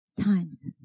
times